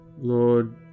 Lord